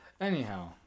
Anyhow